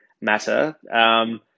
matter